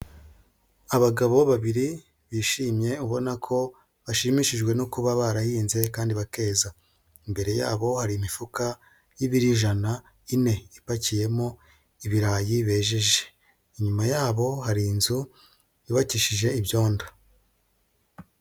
Abagabo babiri bishimye ubona ko bashimishijwe no kuba barahinze kandi bakeza. Imbere yabo hari imifuka y'ibiro ijana ine ipakiyemo ibirayi bejeje. Inyuma yabo hari inzu yubakishije ibyondo.